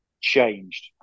changed